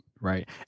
Right